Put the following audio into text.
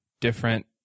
different